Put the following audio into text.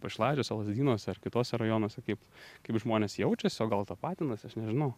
pašilaičiuose lazdynuose ar kituose rajonuose kaip kaip žmonės jaučiasi o gal tapatinasi aš nežinau